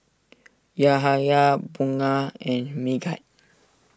Yahaya Bunga and Megat